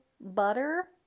Butter